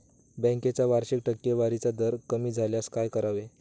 बँकेचा वार्षिक टक्केवारीचा दर कमी झाल्यास काय करावे?